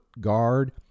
guard